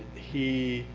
he